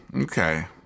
okay